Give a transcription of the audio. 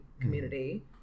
community